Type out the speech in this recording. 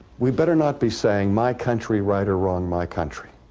we better not be saying my country right or wrong my country